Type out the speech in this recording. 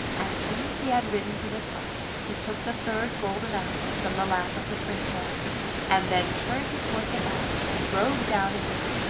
as soon as he had ridden to the top, he took the third golden apple from the lap of the princess and then turned his horse about and rode down again,